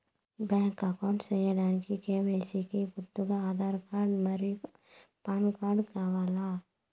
Bank account సేయడానికి KYC కి గుర్తుగా ఆధార్ కార్డ్ మరియు పాన్ కార్డ్ కావాలా?